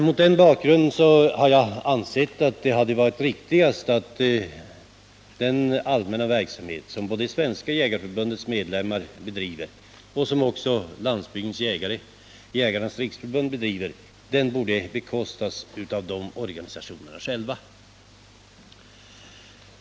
Mot den bakgrunden har jag ansett att det hade varit mest riktigt att den allmänna verksamhet som både Svenska Jägareförbundet och Jägarnas riksförbund Landsbygdens jägare bedriver borde bekostas av jägarna själva.